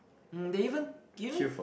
um they even even